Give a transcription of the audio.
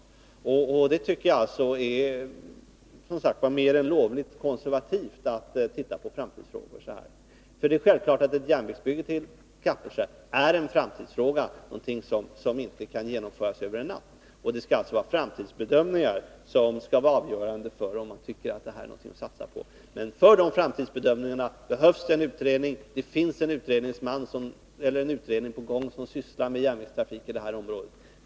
Att se på framtidsfrågor på det sättet tycker jag som sagt är mer än lovligt konservativt. Och självfallet är ett järnvägsbygge till Kapellskär en framtidsfråga och inte någonting som kan genomföras över en natt. Det är framtidsbedömningar som skall vara avgörande för om man tycker att detta är någonting att satsa på. För de framtidsbedömningarna behövs en utredning. Det finns redan en utredning som sysslar med frågan om järnvägstrafik inom det här området.